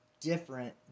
different